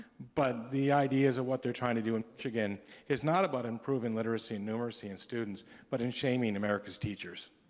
but the ideas of what they're trying to do in michigan is not about improving literacy and numeracy in students but in shaming america's teachers,